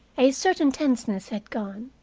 a certain tenseness had gone,